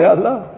Allah